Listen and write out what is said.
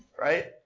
Right